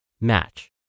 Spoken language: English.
match